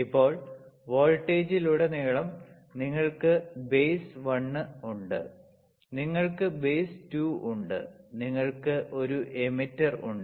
ഇപ്പോൾ വോൾട്ടേജിലുടനീളം നിങ്ങൾക്ക് ബേസ് 1 ഉണ്ട് നിങ്ങൾക്ക് ബേസ് 2 ഉണ്ട് നിങ്ങൾക്ക് ഒരു എമിറ്റർ ഉണ്ട്